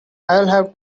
have